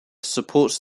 supports